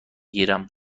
گیرم